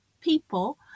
people